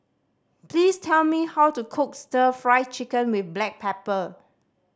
please tell me how to cook Stir Fried Chicken with black pepper